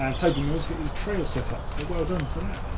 and toby mills gets the trail setup. so well done for that.